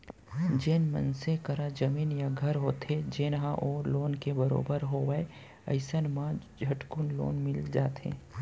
जेन मनसे करा जमीन या घर होथे जेन ह ओ लोन के बरोबर होवय अइसन म झटकुन लोन मिल जाथे